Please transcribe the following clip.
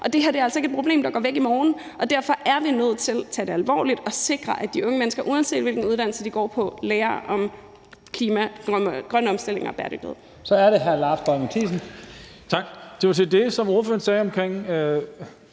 Det her er altså ikke et problem, der går væk i morgen, og derfor er vi nødt til at tage det alvorligt og sikre, at de unge mennesker, uanset hvilken uddannelse de går på, lærer om klima, grøn omstilling og bæredygtighed. Kl. 15:09 Første næstformand (Leif Lahn Jensen): Så er det hr.